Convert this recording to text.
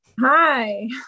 Hi